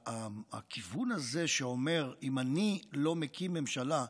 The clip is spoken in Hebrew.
הכיוון הזה שאומר: אם אני לא מקים ממשלה,